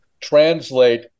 translate